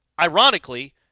ironically